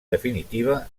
definitiva